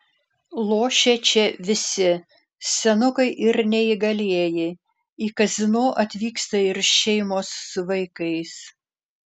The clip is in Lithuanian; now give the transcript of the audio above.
lošia čia visi senukai ir neįgalieji į kazino atvyksta ir šeimos su vaikais